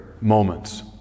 moments